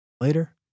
later